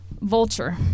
Vulture